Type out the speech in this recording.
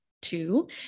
two